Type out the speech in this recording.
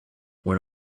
when